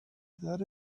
that